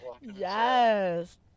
Yes